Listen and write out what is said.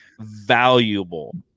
valuable